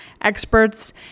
experts